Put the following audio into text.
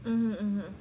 mmhmm mmhmm